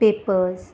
papers